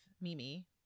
Mimi